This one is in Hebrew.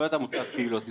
לא את עמותת קהילות ישראל.